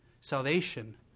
salvation